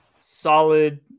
solid